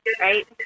right